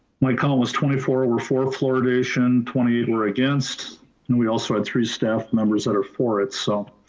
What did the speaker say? my column was twenty four, over four fluoridation, twenty eight or against. and we also had three staff members that are for itself.